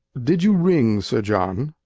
did you ring, sir john?